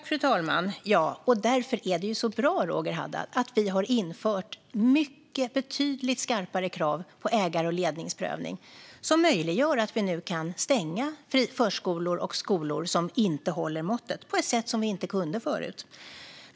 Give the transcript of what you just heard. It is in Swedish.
Fru talman! Ja, och därför är det ju så bra, Roger Haddad, att vi har infört betydligt skarpare krav på ägar och ledningsprövning. Det möjliggör att vi nu kan stänga förskolor och skolor som inte håller måttet på ett sätt som vi inte kunde förut.